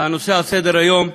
הנושא על סדר-היום: